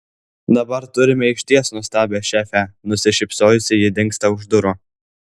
dabar turime išties nuostabią šefę nusišypsojusi ji dingsta už durų